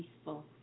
peaceful